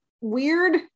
weird